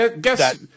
Guess